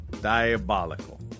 Diabolical